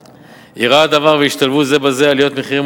אירע הדבר והשתלבו זה בזה עליית מחירים